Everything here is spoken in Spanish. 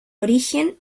origen